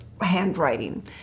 handwriting